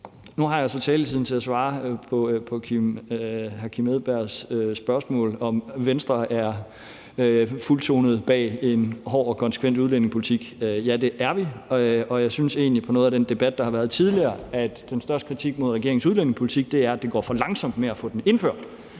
Nu har jeg så taletiden til at svare på hr. Kim Edberg Andersens spørgsmål om, hvorvidt Venstre står fuldtonet bag en hård og konsekvent udlændingepolitik. Ja, det gør vi, og jeg synes egentlig, at jeg kan høre på noget af det, der er blevet sagt tidligere i debatten, at den største kritik mod regeringens udlændingepolitik er, at det går for langsomt med at få den indført.